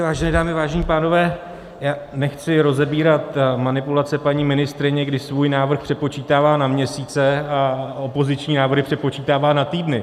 Vážené dámy, vážení pánové, já nechci rozebírat manipulace paní ministryně, kdy svůj návrh přepočítává na měsíce a opoziční návrhy přepočítává na týdny.